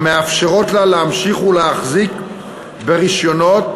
המאפשרות לה להמשיך ולהחזיק ברישיונות